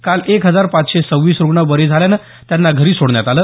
काल एक हजार पाचशे सव्वीस रुग्ण बरे झाल्यानं त्यांना घरी सोडण्यात आलं